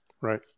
Right